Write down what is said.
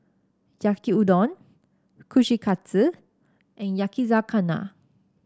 Yaki Udon Kushikatsu and Yakizakana